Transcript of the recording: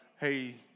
hey